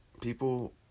people